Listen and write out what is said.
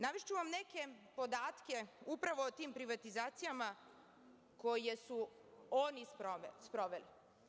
Navešću vam neke podatke upravo o tim privatizacijama, koje su oni sproveli.